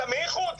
אתה מאיחוד?